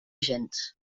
gens